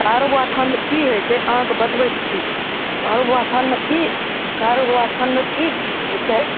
कारूबाबा थानमे कि होइ छै अहाँके बतबै छी कारूबाबा थानमे ई कारूबाबा थानमे ई होइ छै